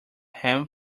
ham